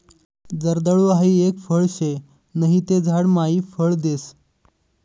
जर्दाळु हाई एक फळ शे नहि ते झाड मायी फळ देस